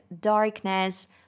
darkness